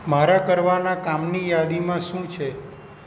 મારા કરવાનાં કામની યાદીમાં શું છે